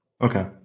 Okay